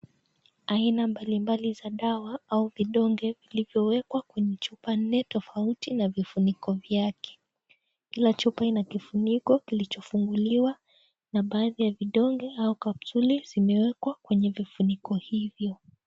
Aina mbalimbali za dawa au vidonge vilivyoekwa kwenye chupa nne tofauti na vifuniko vyake . Kila chupa ina kifuniko kilicho funguliwa na baadhi ya vidonge au kapsuli zimewekwa kwenye vifuniko hivyo.